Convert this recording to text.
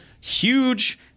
huge